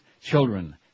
children